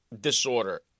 disorder